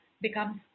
becomes